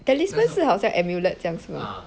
talisman 是很像 amulet 是吗